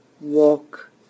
walk